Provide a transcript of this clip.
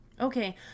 Okay